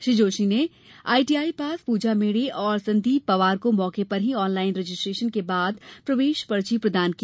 श्री जोशी ने ITI pass Puja Medhe और संदीप पवार को मौके पर ही ऑनलाइन रजिस्ट्रेशन के बाद प्रवेश पर्ची प्रदान की